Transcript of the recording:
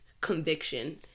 conviction